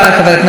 בבקשה,